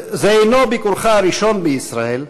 זה אינו ביקורך הראשון בישראל,